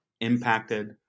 impacted